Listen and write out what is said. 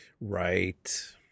Right